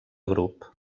grup